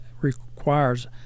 requires